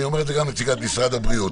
ואני אומר את זה גם לנציגת משרד הבריאות,